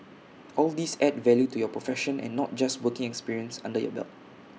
all these add value to your profession and not just working experience under your belt